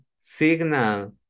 signal